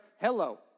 Hello